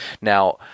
Now